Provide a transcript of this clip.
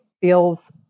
feels